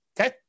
Okay